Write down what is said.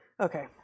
Okay